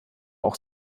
auch